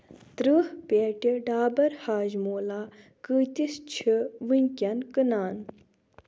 ترٕٛہ پیٹہِ ڈابر حاجمولا قۭتِس چھِ وٕنکیٛن کٕنان